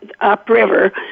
upriver